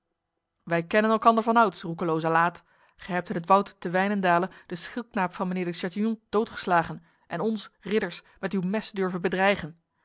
wij kennen elkander van ouds roekeloze laat gij hebt in het woud te wijnendale de schildknaap van mijnheer de chatillon doodgeslagen en ons ridders met uw mes durven bedreigen